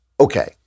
okay